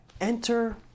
Enter